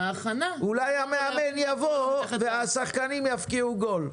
הוא גם --- ההכנה --- ואולי המאמן יבוא והשחקנים יבקיעו גול.